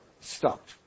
stopped